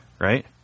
right